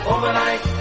Overnight